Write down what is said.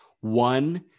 One